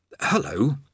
hello